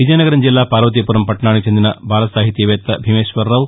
విజయనగరం జిల్లా పార్వతీపురం పట్లణానికి చెందిన బాలసాహితీవేత్త భీమేశ్వరరావు